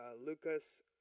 Lucas